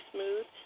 Smooth